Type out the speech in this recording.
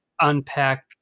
unpack